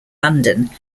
london